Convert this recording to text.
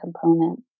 component